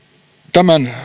tämän